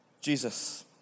Jesus